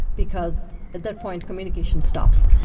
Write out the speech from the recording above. because at their point communications stop. so